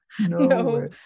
no